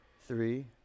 three